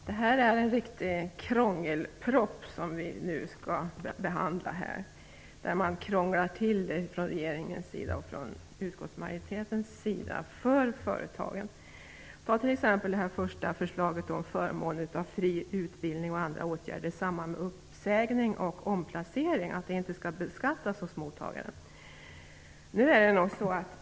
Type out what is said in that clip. Herr talman! Det är en riktig "krångelpropp" som vi nu skall behandla. Regeringen och utskottsmajoriteten krånglar till det för företagen. Det första förslaget t.ex. handlar om förmånen av fri utbildning och andra åtgärder i samband med uppsägning och omplacering och att detta inte skall beskattas hos mottagaren.